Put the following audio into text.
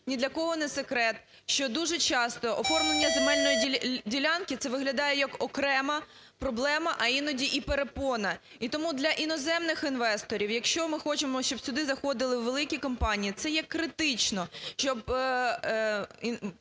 ні для кого не секрет, що дуже часто оформлення земельної ділянки – це виглядає як окрема проблема, а іноді і перепона. І тому для іноземних інвесторів, якщо ми хочемо, щоб сюди заходили компанії, це є критично,